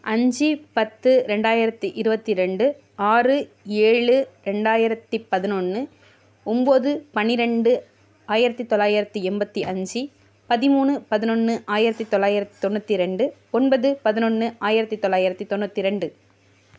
அஞ்சு பத்து ரெண்டாயிரத்தி இருபத்தி ரெண்டு ஆறு ஏழு ரெண்டாயிரத்தி பதினொன்று ஒம்போது பனிரெண்டு ஆயிரத்தி தொள்ளாயிரத்தி எண்பத்தி அஞ்சு பதிமூணு பதினொன்று ஆயிரத்தி தொள்ளாயிரத்தி தொண்ணூற்றி ரெண்டு ஒன்பது பதினொன்று ஆயிரத்தி தொள்ளாயிரத்தி தொண்ணூற்றி ரெண்டு